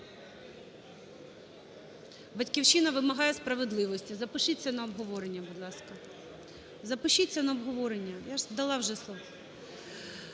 "Батьківщина" вимагає справедливості, запишіться на обговорення, будь ласка. Запишіться на обговорення, я ж дала вже слово.